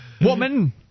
woman